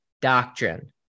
doctrine